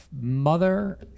mother